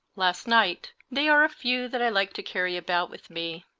last night they are a few that i like to carry about with me.